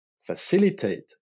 facilitate